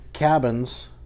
cabins